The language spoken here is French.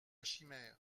chimère